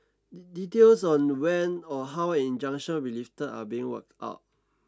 details on when or how injunction will lifted are being worked out